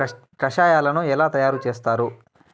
కషాయాలను ఎలా తయారు చేస్తారు?